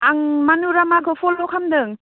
आं मानुरामाखौ फल' खालामदों